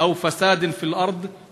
בלא שאיבדה נפש או ביקשה למלא את הארץ חמס,